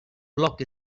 block